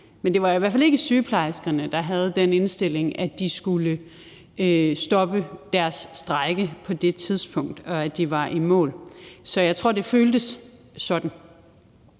men det var jo i hvert fald ikke sygeplejerskerne, der havde den indstilling, at de skulle stoppe deres strejke på det tidspunkt, og at de var i mål. Så jeg tror, at det føltes sådan.